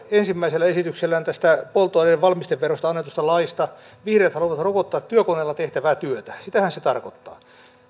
ensimmäisellä esityksellään tästä polttoaineiden valmisteverosta annetusta laista vihreät haluavat rokottaa työkoneella tehtävää työtä sitähän se tarkoittaa